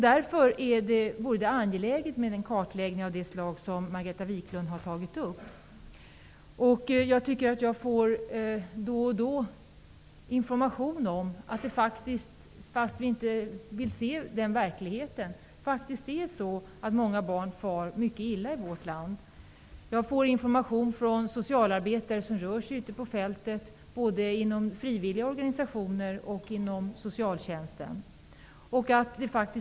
Därför är det oerhört angeläget med en kartläggning av det slag som Margareta Viklund har tagit upp. Jag får då och då information om att många barn, fast vi inte vill se den verkligheten, faktiskt far mycket illa i vårt land. Jag får information från socialarbetare, både inom frivilliga organisationer och inom socialtjänsten, som rör sig ute på fältet.